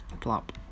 Plop